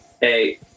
hey